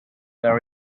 were